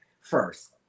first